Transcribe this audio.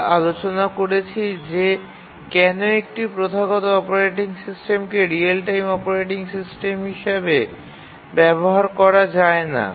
আমরা আলোচনা করেছি যে কেন একটি প্রথাগত অপারেটিং সিস্টেমকে রিয়েল টাইম অপারেটিং সিস্টেম হিসাবে ব্যবহার করা যায় না